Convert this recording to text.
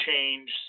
change